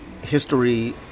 History